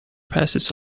passes